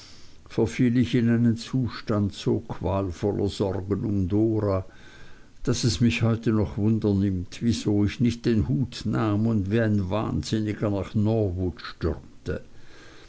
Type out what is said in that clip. verfiel ich in einen zustand so qualvoller sorgen um dora daß es mich heute noch wunder nimmt wieso ich nicht den hut nahm und wie ein wahnsinniger nach norwood stürmte